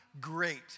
great